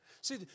See